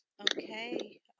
okay